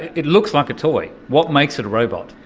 it looks like a toy. what makes it a robot?